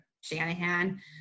Shanahan